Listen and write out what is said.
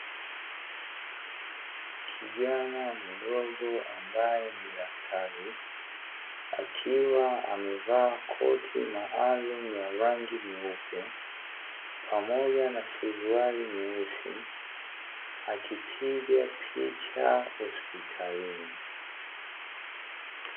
Kijana mdogo ambaye ni daktari akiwa amevaa koti maalumu la rangi nyeupe pamoja na suruali nyeusi akipiga picha hospitalini.